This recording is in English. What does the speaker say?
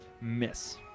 Miss